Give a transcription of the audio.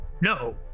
No